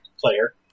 Player